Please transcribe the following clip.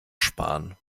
sparen